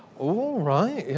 oh, right,